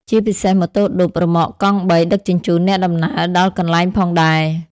ជាពិសេសម៉ូតូឌុប រ៉ឺម៉កកងបីដឹកជញ្ជូនអ្នកដំណើរដល់កន្លែងផងដែរ ។